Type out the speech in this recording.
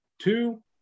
two